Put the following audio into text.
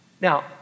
Now